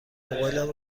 موبایلم